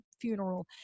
funeral